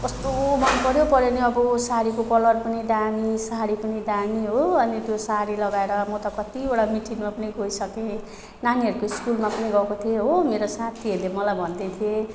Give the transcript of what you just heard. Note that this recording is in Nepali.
कस्तो मन पर्यो पर्यो नि अब साडीको कलर पनि दामी साडी पनि दामी हो अनि त्यो साडी लगाएर म त कतिवटा मिटिङमा पनि गइसकेँ नानीहरूको स्कुलमा पनि गएको थिएँ हो मेरो साथीहरूले मलाई भन्दैथिए